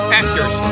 actors